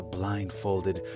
blindfolded